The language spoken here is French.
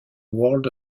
world